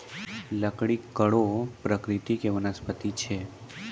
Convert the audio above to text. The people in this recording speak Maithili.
लकड़ी कड़ो प्रकृति के वनस्पति छै